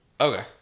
Okay